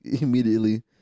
immediately